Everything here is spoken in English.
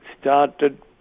started